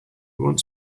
wants